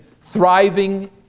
thriving